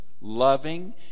loving